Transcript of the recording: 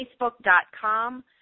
Facebook.com